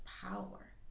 power